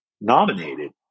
nominated